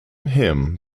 him